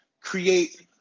create